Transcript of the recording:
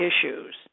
issues